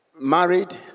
Married